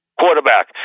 quarterback